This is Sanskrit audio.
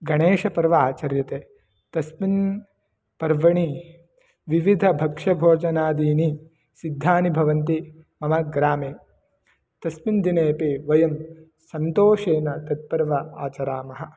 गणेशपर्व आचर्यते तस्मिन् पर्वणि विविधभक्षभोजनादीनि सिद्धानि भवन्ति मम ग्रामे तस्मिन् दिनेपि वयं सन्तोषेण तत्पर्व आचरामः